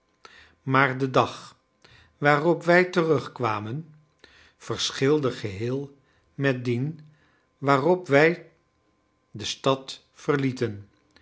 maar de dag waarop wij terugkwamen verschilde geheel met dien waarop wij de stad verlieten